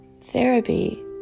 therapy